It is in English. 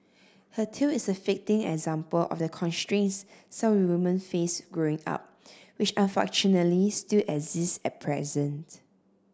her tale is a fitting example of the constraints some women face growing up which unfortunately still exist at present